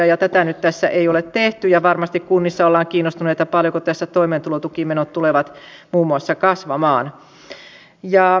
tätä nyt tässä ei ole tehty ja varmasti kunnissa ollaan kiinnostuneita paljonko tässä toimeentulotukimenot muun muassa tulevat kasvamaan